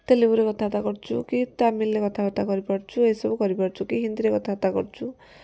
ତେଲୁଗୁରେ କଥାବାର୍ତ୍ତା କରୁଛୁ କି ତାମିଲରେ କଥାବାର୍ତ୍ତା କରିପାରୁଛୁ ଏସବୁ କରିପାରୁଛୁ କି ହିନ୍ଦୀରେ କଥାବାର୍ତ୍ତା କରୁଛୁ